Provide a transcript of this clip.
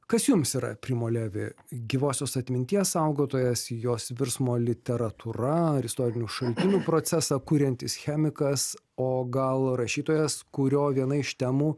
kas jums yra primo levi gyvosios atminties saugotojas jos virsmo literatūra ar istorinių šaltinių procesą kuriantis chemikas o gal rašytojas kurio viena iš temų